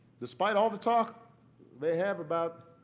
despite all the talk they have about